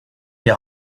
les